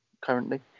currently